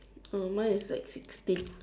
uh mine is like sixteen